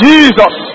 Jesus